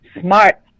smart